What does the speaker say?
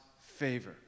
favor